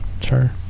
sure